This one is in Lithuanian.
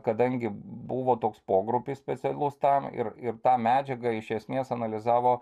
kadangi buvo toks pogrupis specialus tam ir ir tą medžiagą iš esmės analizavo